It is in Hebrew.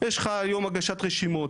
יש לך היום הגשת רשימות.